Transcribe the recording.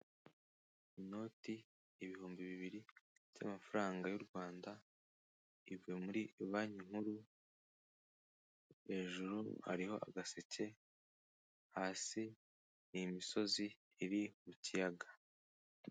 Inoti ibihumbi bibiri by'amafaranga y'u Rwanda, ivuye muri banki nkuru hejuru hariho agaseke, hasi iyi imisozi iri ku kiyaga.